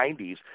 90s